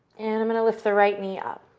and i'm going to lift the right knee up.